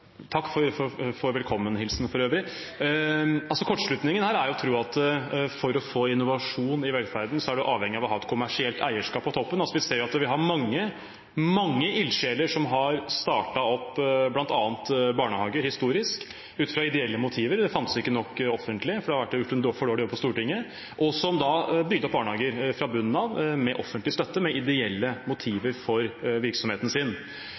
Takk for velkommen-hilsenen. Kortslutningen her er å tro at for å få innovasjon i velferden er man avhengig av å ha et kommersielt eierskap på toppen. Vi ser at vi historisk har mange ildsjeler som har startet opp bl.a. barnehager ut fra ideelle motiver – det fantes ikke nok offentlige, for det har vært gjort en for dårlig jobb på Stortinget – og som da bygde opp barnehager fra bunnen av med offentlig støtte, med ideelle motiver for virksomheten sin.